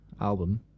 album